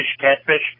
catfish